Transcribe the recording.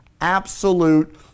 absolute